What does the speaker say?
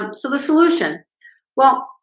um so the solution well,